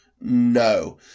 no